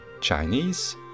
Chinese